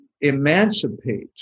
emancipate